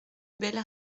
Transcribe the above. belle